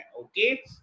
Okay